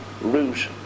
root